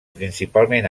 principalment